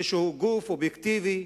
איזשהו גוף אובייקטיבי,